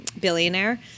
Billionaire